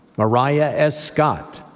mariah s. scott,